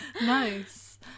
nice